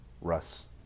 Russ